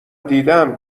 دیدهام